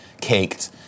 caked